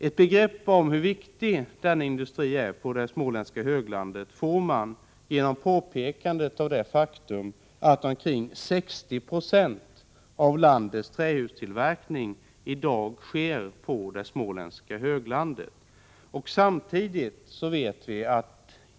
Ett begrepp om hur viktig denna industri är för det småländska höglandet får man genom påpekandet av det faktum att omkring 6096 av landets trähustillverkning i dag sker på småländska höglandet.